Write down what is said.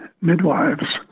midwives